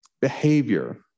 behavior